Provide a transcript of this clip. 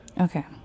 Okay